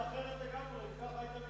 בבקשה להוריד אותו מהבמה.